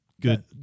Good